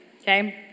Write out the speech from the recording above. Okay